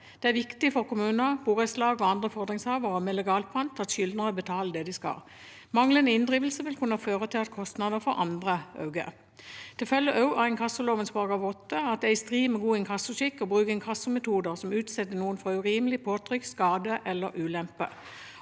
Det er viktig for kommuner, borettslag og andre fordringshavere med legal pant at skyldnere betaler det de skal. Manglende inndrivelse vil kunne føre til at kostnader for andre øker. Det følger også av inkassoloven § 8 at det er i strid med god inkassoskikk å bruke inkassometoder som utsetter noen for urimelig påtrykk, skade eller ulempe.